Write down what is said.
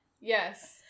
Yes